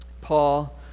Paul